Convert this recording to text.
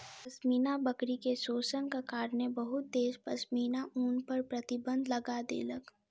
पश्मीना बकरी के शोषणक कारणेँ बहुत देश पश्मीना ऊन पर प्रतिबन्ध लगा देलक